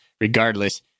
regardless